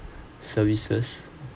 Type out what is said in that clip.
services